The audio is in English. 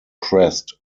crest